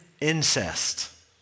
incest